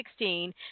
2016